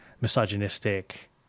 misogynistic